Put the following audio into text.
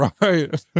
Right